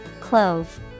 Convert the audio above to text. Clove